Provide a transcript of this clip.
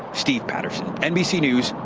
steve patterson, nbc news,